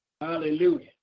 Hallelujah